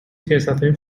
سیاستهای